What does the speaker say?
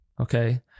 okay